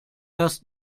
dass